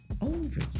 over